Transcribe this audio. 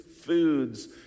foods